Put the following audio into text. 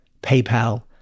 PayPal